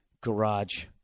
garage